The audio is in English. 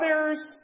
others